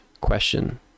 question